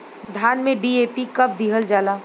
धान में डी.ए.पी कब दिहल जाला?